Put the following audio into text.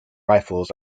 rifles